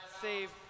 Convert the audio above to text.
Save